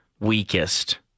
weakest